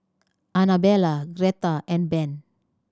Anabella Gretta and Ben